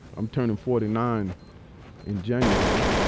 i'm turning forty nine in january.